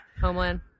homeland